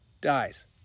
dies